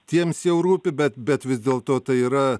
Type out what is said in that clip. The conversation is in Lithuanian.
tiems jau rūpi bet bet vis dėlto tai yra